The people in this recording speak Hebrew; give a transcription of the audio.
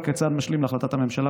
וכצעד משלים להחלטת הממשלה,